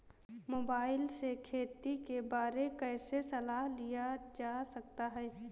Mobile से खेती के बारे कैसे सलाह लिया जा सकता है?